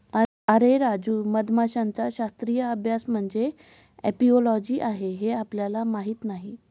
अरे राजू, मधमाशांचा शास्त्रीय अभ्यास म्हणजे एपिओलॉजी आहे हे आपल्याला माहीत नाही